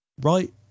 right